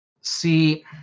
see